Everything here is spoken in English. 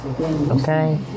okay